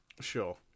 Sure